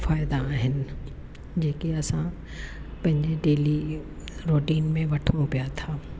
फ़ाइदा आहिनि जेके असां पंहिंजे डेली रुटीन में वठूं पिया था